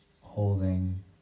holding